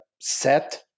set